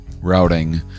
routing